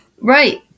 Right